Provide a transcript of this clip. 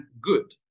good